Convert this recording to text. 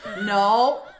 no